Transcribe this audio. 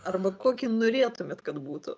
arba kokį norėtumėt kad būtų